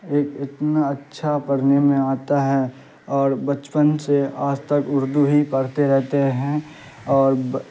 ایک اتنا اچھا پڑھنے میں آتا ہے اور بچپن سے آج تک اردو ہی پڑھتے رہتے ہیں اور